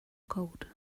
cold